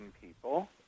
people